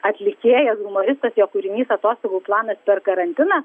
atlikėjas humoristas jo kūrinys atostogų planas per karantiną